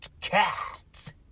Cat